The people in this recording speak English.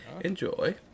enjoy